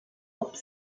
wird